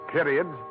Period